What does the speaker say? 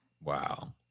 Wow